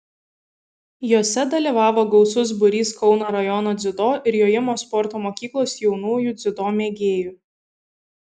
jose dalyvavo gausus būrys kauno rajono dziudo ir jojimo sporto mokyklos jaunųjų dziudo mėgėjų